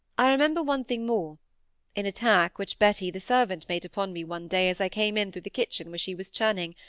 i remember one thing more an attack which betty the servant made upon me one day as i came in through the kitchen where she was churning,